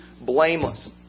blameless